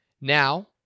Now